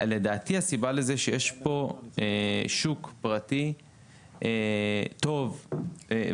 לדעתי הסיבה לזה היא שיש פה שוק פרטי טוב ומשגשג,